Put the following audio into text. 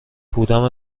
بودم